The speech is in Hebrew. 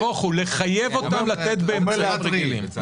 נהפוך הוא, לחייב אותם לתת באמצעים רגילים.